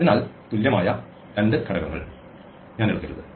അതിനാൽ തുല്യമായ രണ്ട് ഘടകങ്ങൾ ഞാൻ എടുക്കരുത്